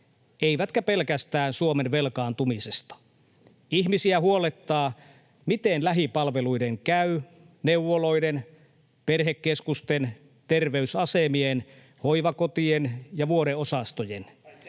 eivätkä pelkästään Suomen velkaantumisesta. Ihmisiä huolettaa, miten lähipalveluiden käy — neuvoloiden, perhekeskusten, terveysasemien, hoivakotien ja vuodeosastojen.